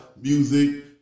Music